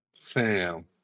Fam